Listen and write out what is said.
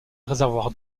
réservoir